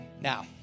Now